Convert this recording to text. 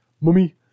mummy